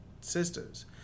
sisters